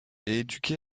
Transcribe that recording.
éduqué